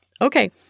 Okay